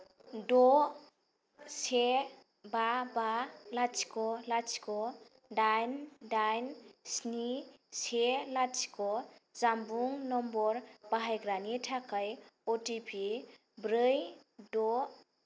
द से बा बा लाथिख' लाथिख' दाइन दाइन स्नि से लाथिख' जानबुं नम्बर बाहायग्रानि थाखाय अ टि पि ब्रै द